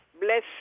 bless